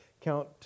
count